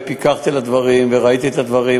פיקחתי על הדברים וראיתי את הדברים,